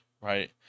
right